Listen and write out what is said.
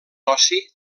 ossi